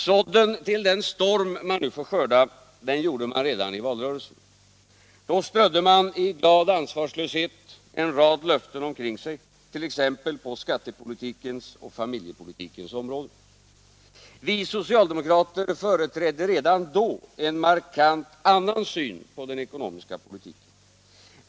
Sådden till den storm man nu får skörda gjorde man redan i valrörelsen. Då strödde man i glad ansvarslöshet en rad löften omkring sig t.ex. på skattepolitikens och familjepolitikens områden. Vi socialdemokrater företrädde redan då en markant annan syn på den ekonomiska politiken.